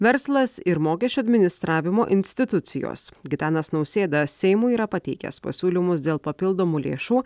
verslas ir mokesčių administravimo institucijos gitanas nausėda seimui yra pateikęs pasiūlymus dėl papildomų lėšų